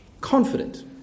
confident